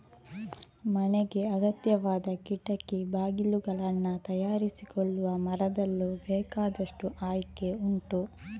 ಮನೆಗೆ ಅಗತ್ಯವಾದ ಕಿಟಕಿ ಬಾಗಿಲುಗಳನ್ನ ತಯಾರಿಸಿಕೊಳ್ಳುವ ಮರದಲ್ಲೂ ಬೇಕಾದಷ್ಟು ಆಯ್ಕೆ ಉಂಟು